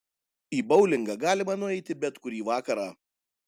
į boulingą galima nueiti bet kurį vakarą